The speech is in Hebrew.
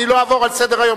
אני לא אעבור לסדר-היום.